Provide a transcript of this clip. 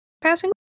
passing